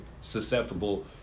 susceptible